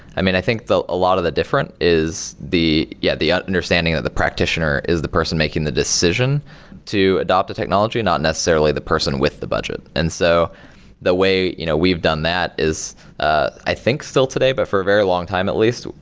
i mean i think a lot of the different is the yeah the understanding that the practitioner is the person making the decision to adapt the technology, not necessarily the person with the budget. and so the way you know we've done that is ah i think still today, but for a very long time at least,